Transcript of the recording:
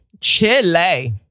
Chile